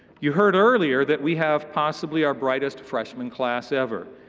you heard earlier that we have possibly our brightest freshman class ever.